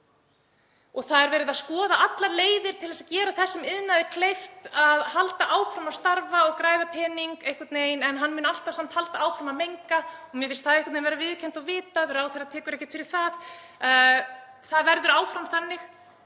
um. Það er verið að skoða allar leiðir til þess að gera þessum iðnaði kleift að halda áfram að starfa og græða pening en hann mun samt alltaf halda áfram að menga. Mér finnst það einhvern veginn vera viðurkennt og vitað. Ráðherra tekur ekkert fyrir það. Það verður áfram þannig.